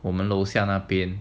我们楼下那边